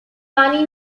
many